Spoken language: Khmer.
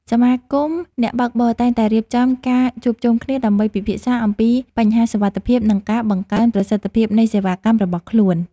សមាគមអ្នកបើកបរតែងតែរៀបចំការជួបជុំគ្នាដើម្បីពិភាក្សាអំពីបញ្ហាសុវត្ថិភាពនិងការបង្កើនប្រសិទ្ធភាពនៃសេវាកម្មរបស់ខ្លួន។